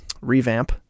revamp